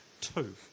two